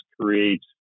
create